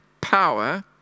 power